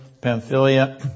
Pamphylia